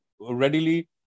readily